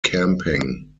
camping